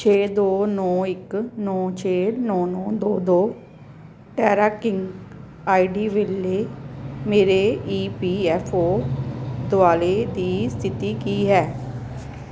ਛੇ ਦੋ ਨੌਂ ਇੱਕ ਨੌਂ ਛੇ ਨੌਂ ਨੌਂ ਦੋ ਦੋ ਟੈਰਾਕਿੰਗ ਆਈ ਡੀ ਵੇਲੇ ਮੇਰੇ ਈ ਪੀ ਐੱਫ ਓ ਦੁਆਲੇ ਦੀ ਸਥਿਤੀ ਕੀ ਹੈ